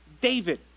david